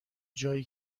جایی